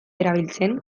erabiltzen